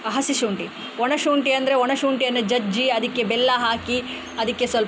ಹಸಿಶುಂಠಿ ಒಣಶುಂಠಿ ಅಂದರೆ ಒಣಶುಂಠಿಯನ್ನು ಜಜ್ಜಿ ಅದಕ್ಕೆ ಬೆಲ್ಲ ಹಾಕಿ ಅದಕ್ಕೆ ಸ್ವಲ್ಪ